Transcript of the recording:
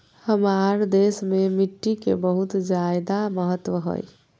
हमार देश में मिट्टी के बहुत जायदा महत्व हइ